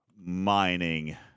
mining